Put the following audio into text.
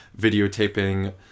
videotaping